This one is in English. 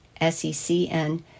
SECN